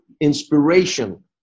inspiration